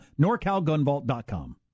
Norcalgunvault.com